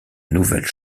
nouvelles